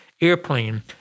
airplane